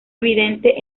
evidente